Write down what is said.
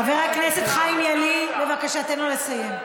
חבר הכנסת חיים ילין, בבקשה תן לו לסיים.